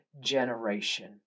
generation